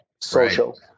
social